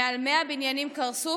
מעל 100 בניינים קרסו,